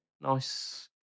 nice